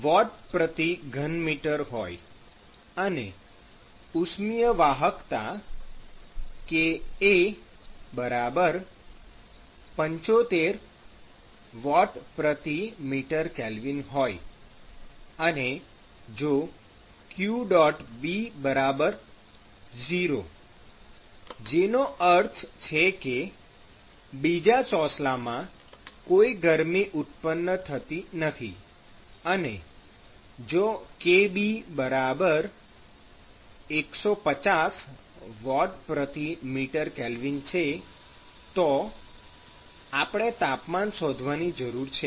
5×106Wm3 હોય અને ઉષ્મિય વાહકતા kA 75WmK હોય અને જો qB ૦ જેનો અર્થ છે કે બીજા ચોસલામાં કોઈ ગરમી ઉત્પન્ન થતી નથી અને જો kB 150 WmK છે તો આપણે તાપમાન શોધવાની જરૂર છે